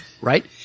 right